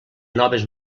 noves